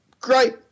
Great